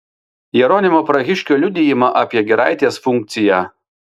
jeronimo prahiškio liudijimą apie giraitės funkciją